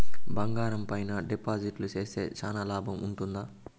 బంగారం పైన డిపాజిట్లు సేస్తే చానా లాభం ఉంటుందా?